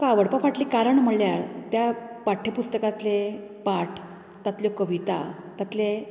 म्हाका आवडपा फाटलीं कारण म्हळ्यार त्या पाठ्यपुस्तकांतले पाठ तांतल्यो कविता तातूंतले